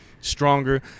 stronger